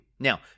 Now